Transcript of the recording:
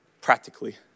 practically